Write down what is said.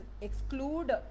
exclude